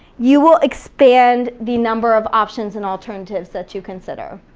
you will expand the number of options and alternatives that you consider.